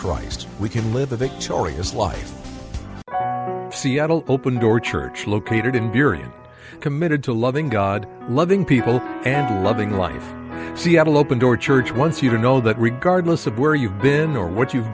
christ we can live a victorious life seattle open door church located in during committed to loving god loving people and loving life seattle open door church once you don't know but regardless of where you've been or what you've